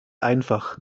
einfach